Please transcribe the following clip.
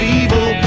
evil